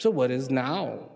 so what is now